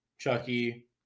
Chucky